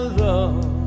love